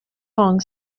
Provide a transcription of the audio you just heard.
fong